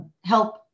help